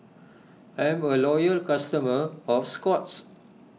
I'm a loyal customer of Scott's